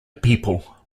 people